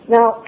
Now